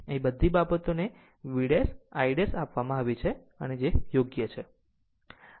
અહીં આ બધી બાબતોને V V ' I I 'આપવામાં આવી છે તે એક યોગ્ય છે